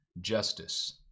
justice